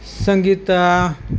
Sangeeta